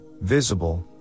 visible